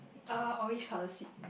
uh orange colour seat